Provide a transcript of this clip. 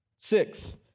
Six